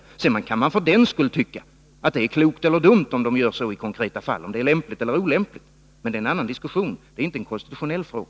73 Sedan kan man för den skull tycka att det är klokt eller dumt, lämpligt eller olämpligt, om de gör så i konkreta fall, men det är en annan diskussion och inte en konstitutionell fråga.